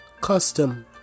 custom